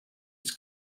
its